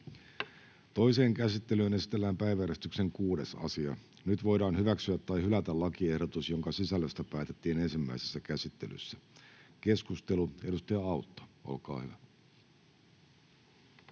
Toiseen käsittelyyn esitellään päiväjärjestyksen 6. asia. Nyt voidaan hyväksyä tai hylätä lakiehdotus, jonka sisällöstä päätettiin ensimmäisessä käsittelyssä. — Keskustelu, edustaja Autto, olkaa hyvä.